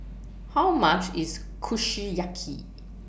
How much IS Kushiyaki